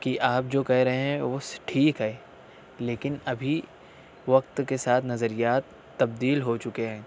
کہ آپ جو کہہ رہے ہیں وہ ٹھیک ہے لیکن ابھی وقت کے ساتھ نظریات تبدیل ہو چکے ہیں